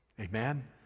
Amen